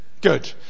Good